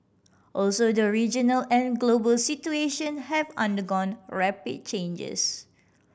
also the regional and global situation have undergone rapid changes